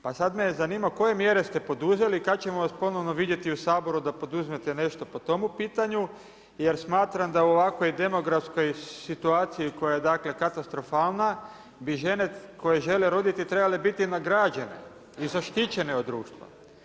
Pa sad me zanima koje mjere ste poduzeli, kad ćemo vas ponovno vidjeti u Saboru da poduzmete nešto po tomu pitanju jer smatram da u ovakvoj demografskoj situaciji koja je dakle katastrofalna bi žene koje žele roditi trebale biti nagrađene i zaštićene od društva.